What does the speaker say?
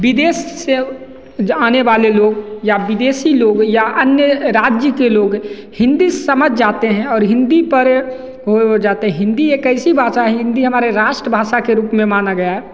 विदेश से जो आने वाले लोग या विदेशी लोग या अन्य राज्य के लोग हिंदी समझ जाते हैं और हिंदी पर वो हो जाते हैं हिंदी एक ऐसी भाषा है हिंदी हमारे राष्ट्र भाषा के रूप में माना गया है